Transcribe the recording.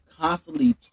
constantly